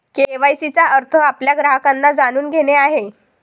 KYC चा अर्थ आपल्या ग्राहकांना जाणून घेणे आहे